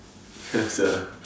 ya sia